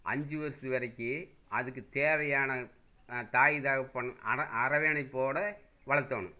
அஞ்சி வருஷத்து வரைக்கும் அதுக்குத் தேவையான தாய் தகப்பன் அரவணைப்போடு வளர்த்தோணும்